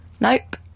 Nope